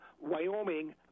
Wyoming